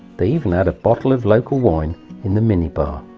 they even had a bottle of local wine in the minibar.